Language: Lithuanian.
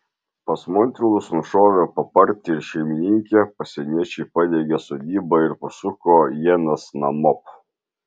pas montvilus nušovę papartį ir šeimininkę pasieniečiai padegė sodybą ir pasuko ienas namop